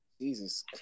Jesus